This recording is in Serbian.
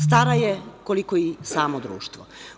Stara je koliko je i samo društvo.